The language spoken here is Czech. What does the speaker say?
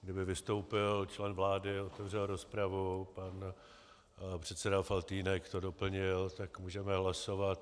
Kdyby vystoupil člen vlády, otevřel rozpravu, pan předseda Faltýnek to doplnil, tak můžeme hlasovat.